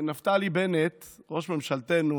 נפתלי בנט ראש ממשלתנו